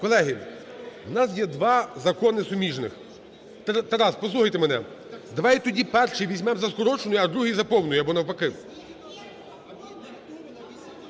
Колеги, у нас є два закони суміжних, Тарас, послухайте мене. Давайте тоді перший візьмемо за скороченою, а другий за повною або навпаки.